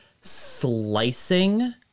slicing